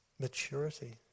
maturity